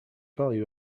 value